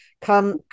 come